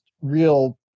real